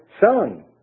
son